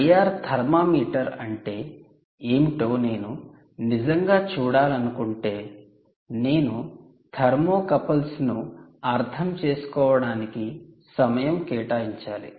IR thermometer అంటే ఏమిటో నేను నిజంగా చూడాలనుకుంటే నేను 'థర్మోకపుల్స్' 'thermocouples' ను అర్థం చేసుకోవడానికి సమయం కేటాయించాలి